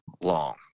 long